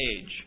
age